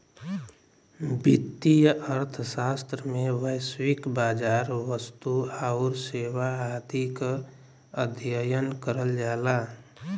वित्तीय अर्थशास्त्र में वैश्विक बाजार, वस्तु आउर सेवा आदि क अध्ययन करल जाला